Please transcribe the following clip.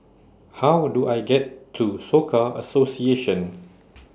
How Do I get to Soka Association